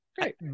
great